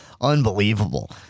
Unbelievable